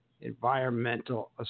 environmental